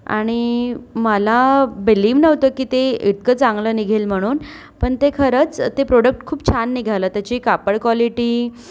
आणि मला बिलिव्ह नव्हतं की ते इतकं चांगलं निघेल म्हणून पण ते खरचं ते प्रोडक्ट खूप छान निघालं त्याची कापड क्वॉलिटी